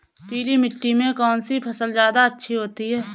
पीली मिट्टी में कौन सी फसल ज्यादा अच्छी होती है?